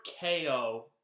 KO